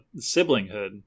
siblinghood